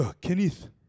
kenneth